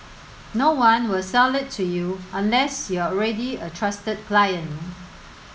no one will sell it to you unless you're already a trusted client